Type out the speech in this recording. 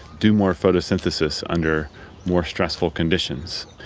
do more photosynthesis under more stressful conditions.